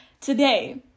today